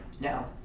no